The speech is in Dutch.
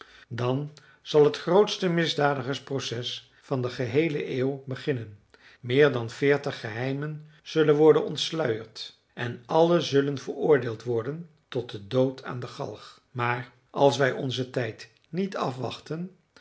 dan zal het grootste misdadigersproces van de geheele eeuw beginnen meer dan veertig geheimen zullen worden ontsluierd en allen zullen veroordeeld worden tot den dood aan de galg maar als wij onzen tijd niet afwachten